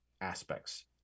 aspects